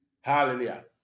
Hallelujah